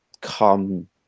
come